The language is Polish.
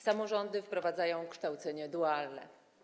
Samorządy wprowadzają kształcenie dualne.